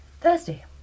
Thursday